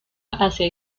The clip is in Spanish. hacia